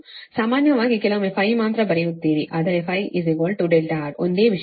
ಸಾಮಾನ್ಯವಾಗಿ ಕೆಲವೊಮ್ಮೆ ಮಾತ್ರ ಬರೆಯುತ್ತೀರಿ ಆದರೆ R ಒಂದೇ ವಿಷಯ